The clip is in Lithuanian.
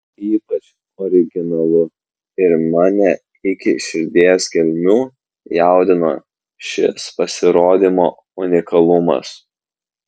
tai ypač originalu ir mane iki širdies gelmių jaudino šis pasirodymo unikalumas